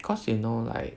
cause you know like